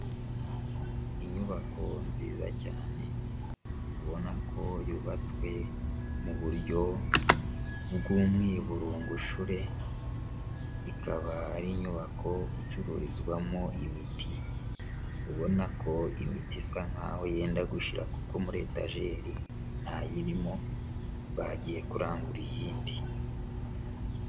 Inyubako nziza cyane ubona ko yubatswe mu buryo bw'umwiburungushure, ikaba ari inyubako icururizwamo imiti, ubona ko imiti isa nkaho yenda gushira kuko muri etajeri ntayirimo, bagiye kurangura iyindi.